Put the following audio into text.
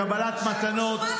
קבלת מתנות,